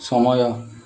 ସମୟ